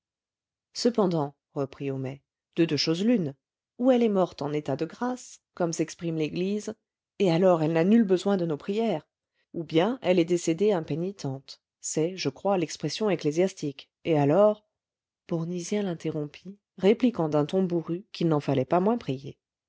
cependant reprit homais de deux choses l'une ou elle est morte en état de grâce comme s'exprime l'église et alors elle n'a nul besoin de nos prières ou bien elle est décédée impénitente c'est je crois l'expression ecclésiastique et alors bournisien l'interrompit répliquant d'un ton bourru qu'il n'en fallait pas moins prier